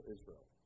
Israel